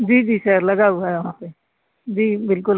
जी जी सर लगा हुआ है वहाँ पर जी बिल्कुल